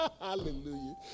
Hallelujah